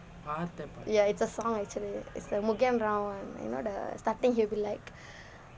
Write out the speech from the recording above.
ya it's a song actually it's a mugen rao [one] you know the starting he will be like